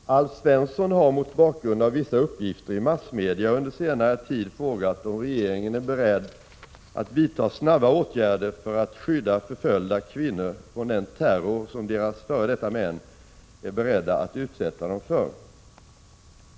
Herr talman! Alf Svensson har mot bakgrund av vissa uppgifter i massmedia under senare tid frågat om regeringen är beredd att vidta snabba åtgärder för att skydda förföljda kvinnor från den terror som deras f. d. män är beredda att utsätta dem för.